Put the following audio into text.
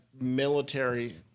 military